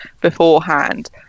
beforehand